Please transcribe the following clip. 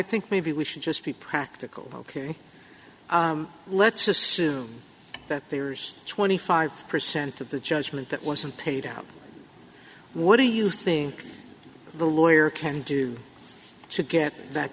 think maybe we should just be practical ok let's assume that there's twenty five percent of the judgment that wasn't paid out what do you think the lawyer can do to get that